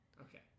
Okay